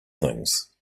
things